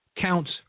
counts